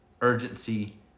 urgency